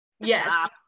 yes